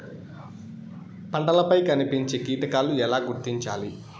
పంటలపై కనిపించే కీటకాలు ఎలా గుర్తించాలి?